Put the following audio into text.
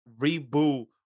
reboot